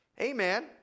Amen